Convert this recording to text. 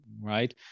right